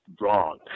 wrong